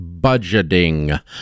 budgeting